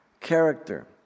character